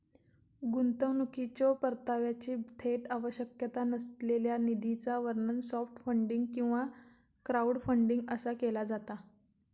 गुंतवणुकीच्यो परताव्याची थेट आवश्यकता नसलेल्या निधीचा वर्णन सॉफ्ट फंडिंग किंवा क्राऊडफंडिंग असा केला जाता